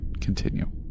continue